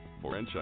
Franchise